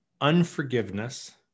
unforgiveness